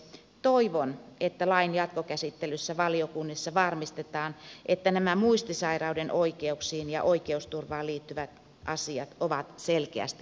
toivon että lain jatkokäsittelyssä valiokunnissa varmistetaan että nämä muistisairaiden oikeuksiin ja oikeusturvaan liittyvät asiat ovat selkeästi lakiin kirjoitettuna